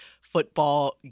football